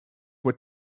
were